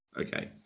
Okay